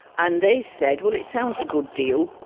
and they said, well, it sounds a good deal.